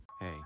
hey